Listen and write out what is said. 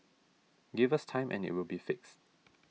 give us time and it will be fixed